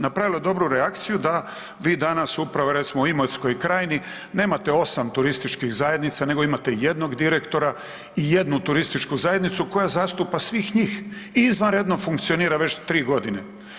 Napravilo je dobru reakciju da vi danas uprava recimo u Imotskoj krajini nemate 8 turističkih zajednica nego imate jednog direktora i jednu turističku zajednicu koja zastupa svih njih i izvanredno funkcionira već 3 godine.